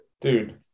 Dude